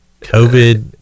covid